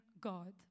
God